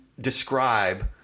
describe